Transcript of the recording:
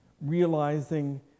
realizing